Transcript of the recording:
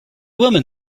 woman